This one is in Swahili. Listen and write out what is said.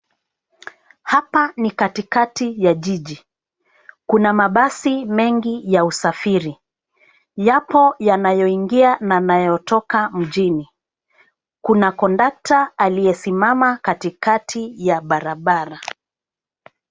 Hapa ni katikati ya jiji. Kuna mabasi mengi ya usafiri. Yapo yanayoingia na yanayotoka mjini. Kuna kondakta aliyesimama katikati ya barabara.